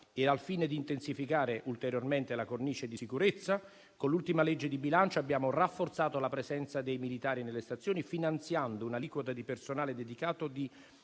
Al fine di intensificare ulteriormente la cornice di sicurezza, con l'ultima legge di bilancio abbiamo rafforzato la presenza dei militari nelle stazioni, finanziando un'aliquota di personale dedicato di